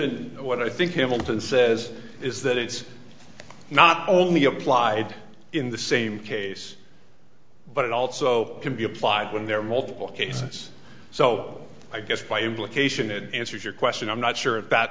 wilton what i think able to says is that it's not only applied in the same case but it also can be applied when there are multiple cases so i guess by implication it answers your question i'm not sure if that